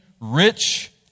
rich